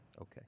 Okay